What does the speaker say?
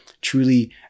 truly